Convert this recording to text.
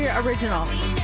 original